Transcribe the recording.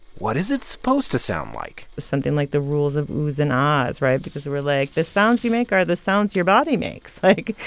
what is it supposed to sound like? something like the rules of oohs and aahs, right? because we were like, the sounds you make are the sounds your body makes. like,